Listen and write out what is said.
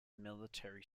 military